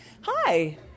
hi